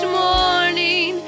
morning